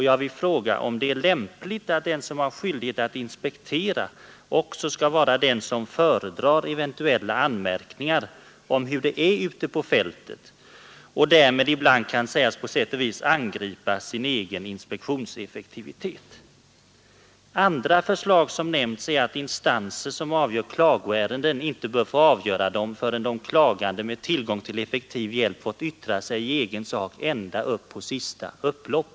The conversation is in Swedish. Jag vill fråga om det verkligen är lämpligt att den som har skyldighet att inspektera också är den som föredrar eventuella anmärkningar mot förhållandena ute på fältet och därmed ibland på sätt och vis skulle behöva angripa sin egen inspektionseffektivitet. Nr 142 Torsdagen den den inte bör få avgöra dem förrän de klagande med tillgång till effektiv 14 december 1972 hjälp fått yttra sig i egen sak ända upp ”på sista upploppet”.